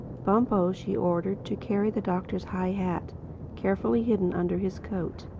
bumpo she ordered to carry the doctor's high hat carefully hidden under his coat.